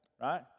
Right